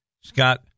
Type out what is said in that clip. Scott